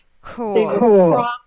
Cool